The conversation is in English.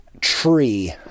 tree